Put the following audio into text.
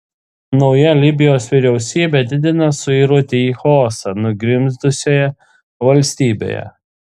nauja libijos vyriausybė didina suirutę į chaosą nugrimzdusioje valstybėje